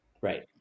Right